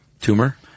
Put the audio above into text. Tumor